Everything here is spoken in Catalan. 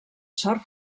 sort